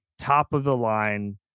top-of-the-line